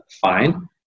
fine